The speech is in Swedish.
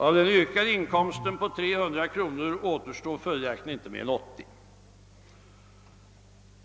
Av den ökade inkomsten på 300 kronor återstår följaktligen inte mer än 80 kronor.